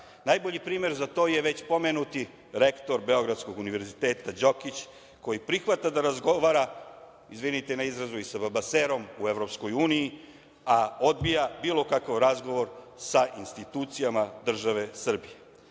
Najbolji primer za to je već pomenuti rektor Beogradskog univerziteta Đokić, koji prihvata da razgovara, izvinite na izrazu i sa baba serom u EU, a odbija bilo kakav razgovor sa institucijama države Srbije. Zato,